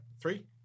three